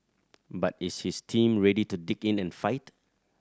but is his team ready to dig in and fight